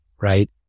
right